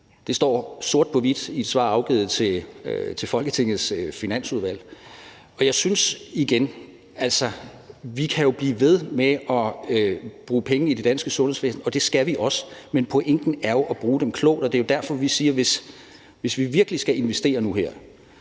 Det står sort på hvidt i et svar afgivet til Folketingets Finansudvalg. Jeg synes igen, at vi jo kan blive ved med at bruge penge i det danske sundhedsvæsen, og det skal vi også, men pointen er jo at bruge dem klogt, og det er derfor, vi siger, at hvis vi virkelig skal investere nu her,